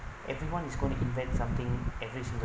everyone is going to invent something efficiently